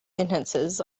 sentences